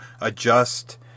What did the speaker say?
adjust